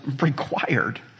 required